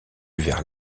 vers